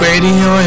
Radio